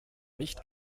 nicht